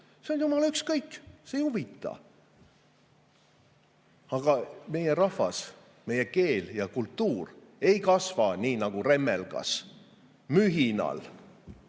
see on jumala ükskõik, see ei huvita. Aga meie rahvas, meie keel ja kultuur ei kasva nii nagu remmelgas mühinal.